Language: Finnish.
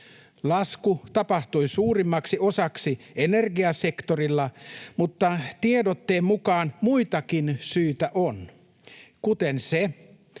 Lasku tapahtui suurimmaksi osaksi energiasektorilla, mutta tiedotteen mukaan muitakin syitä on, kuten se,